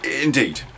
Indeed